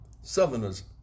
Southerners